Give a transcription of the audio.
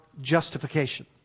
justification